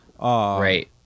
right